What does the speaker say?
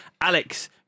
Alex